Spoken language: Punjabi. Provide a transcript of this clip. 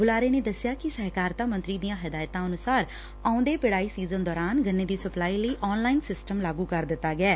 ਬੁਲਾਰੇ ਨੇ ਦੱਸਿਆ ਕਿ ਸਹਿਕਾਰਤਾ ਮੰਤਰੀ ਦੀਆਂ ਹਦਾਇਤਾਂ ਅਨੁਸਾਰ ਆਉਦੇ ਪਿਤਾਈ ਸੀਜ਼ਨ ਦੌਰਾਨ ਗੰਨੇ ਦੀ ਸਪਲਾਈ ਲਈ ਆਨਲਾਈਨ ਸਿਸਟਮ ਲਾਗੁ ਕਰ ਦਿੱਤਾ ਗਿਐ